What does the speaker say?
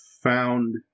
found